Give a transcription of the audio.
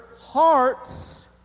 hearts